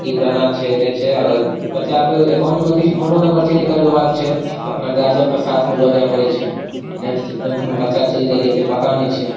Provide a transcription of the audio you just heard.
की केना छै नहि छै अगर बच्चा के अकाउंटमे किछु फोनो नम्बर चेंज करबेबा के छै तऽ अपना गार्जियन के साथ मे लऽ जाय परै छै नाइन्थ टेंथ मे बच्चा चलि गेलै एते पता नहि छै